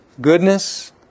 goodness